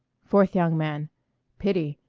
fourth young man pity!